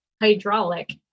hydraulic